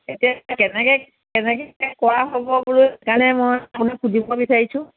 এতিয়া কেনেকৈ কেনেকৈ কৰা হ'ব বোলো সেইকাৰণে মই আপোনাক সুধিব বিচাৰিছোঁ